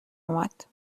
آمد